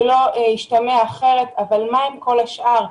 שלא ישתמע אחרת, אבל מה עם כל השאר?